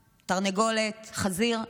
תרנגולת, חזיר?